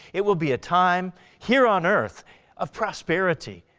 it will be a time here on earth of prosperity.